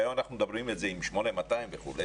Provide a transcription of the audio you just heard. והיום אנחנו מדברים את זה עם 8200 וכו',